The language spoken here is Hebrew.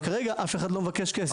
רק כרגע אף אחד לא מבקש כסף.